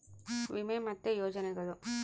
ವಿಮೆ ಮತ್ತೆ ಯೋಜನೆಗುಳು